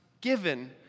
given